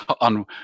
on